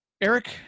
Eric